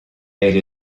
elle